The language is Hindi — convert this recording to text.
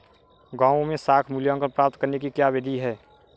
गाँवों में साख मूल्यांकन प्राप्त करने की क्या विधि है?